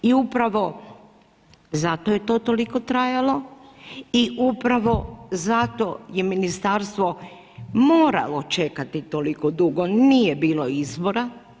I upravo zato je to toliko trajalo i upravo zato je Ministarstvo moralo čekati toliko dugo, nije bilo izbora.